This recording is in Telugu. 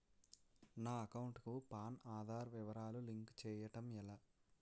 నా అకౌంట్ కు పాన్, ఆధార్ వివరాలు లింక్ చేయటం ఎలా?